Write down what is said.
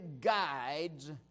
guides